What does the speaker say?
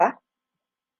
ba